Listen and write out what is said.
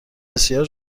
بسیار